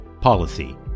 policy